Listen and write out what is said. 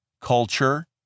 culture